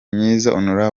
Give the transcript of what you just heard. myiza